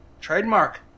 Trademark